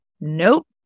nope